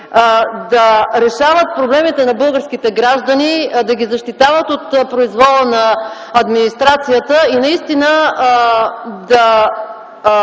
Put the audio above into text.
да решават проблемите на българските граждани, да ги защитават от произвола на администрацията и наистина да